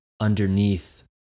underneath